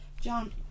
John